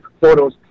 photos